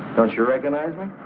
i'm sure agonizing.